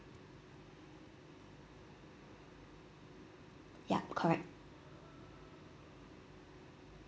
yup correct